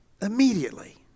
Immediately